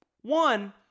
one